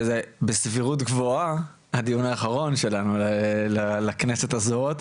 שזה בסבירות גבוהה הדיון האחרון שלנו לכנסת הזאת,